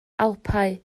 alpau